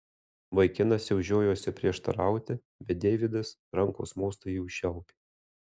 vaikinas jau žiojosi prieštarauti bet deividas rankos mostu jį užčiaupė